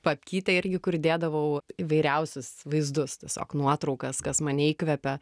papkytę irgi kur dėdavau įvairiausius vaizdus tiesiog nuotraukas kas mane įkvepia